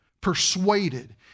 persuaded